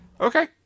Okay